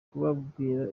kubabwira